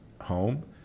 home